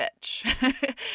bitch